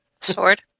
Sword